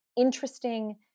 interesting